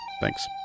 Thanks